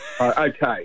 Okay